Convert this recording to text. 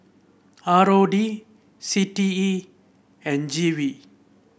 R O D C T E and G V